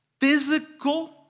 physical